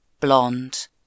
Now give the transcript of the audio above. blonde